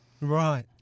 Right